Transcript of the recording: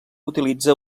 utilitza